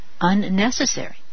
unnecessary